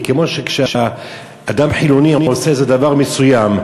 כמו שאדם חילוני עושה דבר מסוים,